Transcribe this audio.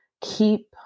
keep